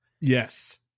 Yes